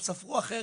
או ספרו אחרת,